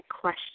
question